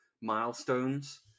milestones